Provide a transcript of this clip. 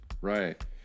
Right